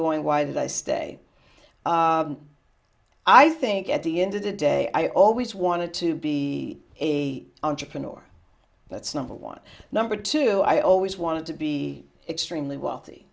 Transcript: going why they stay i think at the end of the day i always wanted to be a entrepreneur that's number one number two i always wanted to be extremely wealthy